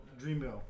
Dreamville